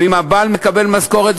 ואם הבעל מקבל משכורת,